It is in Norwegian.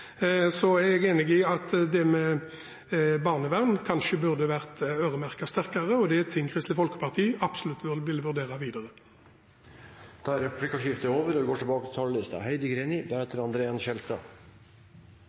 er enig i at det med barnevern kanskje burde ha vært øremerket sterkere, og det er noe som Kristelig Folkeparti absolutt vil vurdere videre. Replikkordskiftet er over. Kommuneproposisjonen for 2017 handler om vesentlig mer enn kommunesektorens økonomiske rammer for neste år. Forslaget til